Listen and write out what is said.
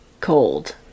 cold